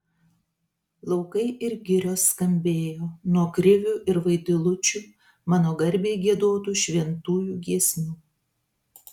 laukai ir girios skambėjo nuo krivių ir vaidilučių mano garbei giedotų šventųjų giesmių